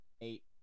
Eight